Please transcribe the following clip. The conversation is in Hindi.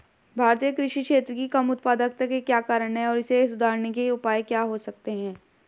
भारतीय कृषि क्षेत्र की कम उत्पादकता के क्या कारण हैं और इसे सुधारने के उपाय क्या हो सकते हैं?